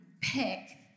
pick